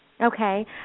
Okay